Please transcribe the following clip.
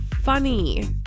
funny